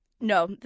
No